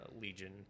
Legion